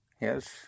yes